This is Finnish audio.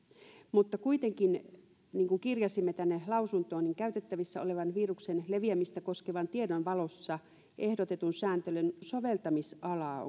mutta kuitenkin niin kuin kirjasimme tänne lausuntoon käytettävissä olevan viruksen leviämistä koskevan tiedon valossa ehdotetun sääntelyn soveltamisalaa